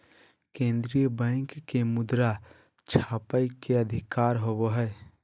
केन्द्रीय बैंक के मुद्रा छापय के अधिकार होवो हइ